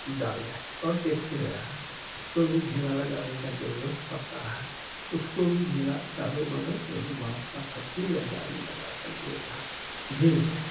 डाले हैं और देखते रहे उसको भी घेरा लगाने का जरूरत पड़ता है उसको भी घेरा चारों बगल वहीं बाँस का फट्टी या जाली लगा कर घेरते हैं